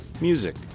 music